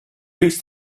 reached